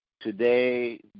today